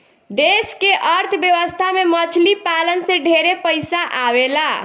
देश के अर्थ व्यवस्था में मछली पालन से ढेरे पइसा आवेला